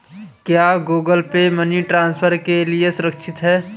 क्या Google Pay money transfer के लिए सुरक्षित है?